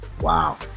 Wow